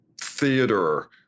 theater